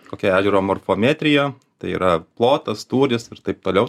kokia ežero morfometrija tai yra plotas tūris ir taip toliau